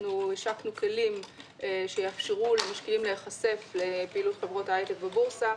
השקנו כלים שיאפשרו למשקיעים להיחשף לפעילות חברות ההייטק בבורסה.